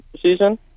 season